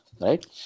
right